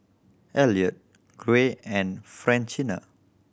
Elliot Gray and Francina